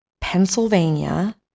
Pennsylvania